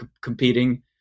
competing